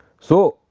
so,